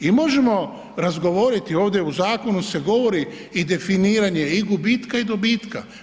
I možemo razgovoriti ovdje, u zakonu se govori i definiranje i gubitka i dobitka.